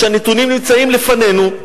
והנתונים נמצאים לפנינו.